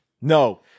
No